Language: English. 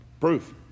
Proof